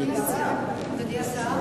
אדוני השר,